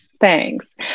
Thanks